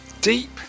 deep